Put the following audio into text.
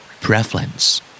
Prevalence